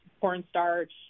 Cornstarch